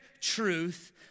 truth